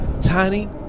Tiny